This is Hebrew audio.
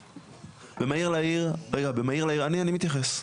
רגע, במהיר לעיר , רגע אני אתייחס.